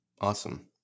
awesome